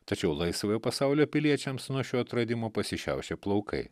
tačiau laisvojo pasaulio piliečiams nuo šio atradimo pasišiaušė plaukai